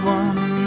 one